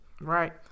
Right